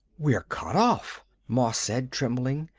we're cut off, moss said, trembling.